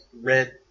Red